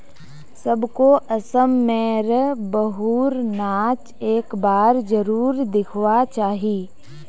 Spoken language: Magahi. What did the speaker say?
सबको असम में र बिहु र नाच एक बार जरुर दिखवा चाहि